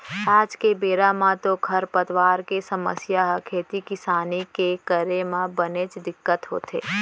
आज के बेरा म तो खरपतवार के समस्या ह खेती किसानी के करे म बनेच दिक्कत होथे